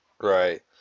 right